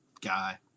guy